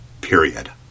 period